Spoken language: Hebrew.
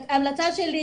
ההמלצה שלי